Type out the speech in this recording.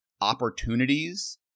opportunities